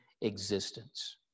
existence